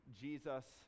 jesus